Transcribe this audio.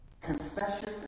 confession